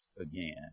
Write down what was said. again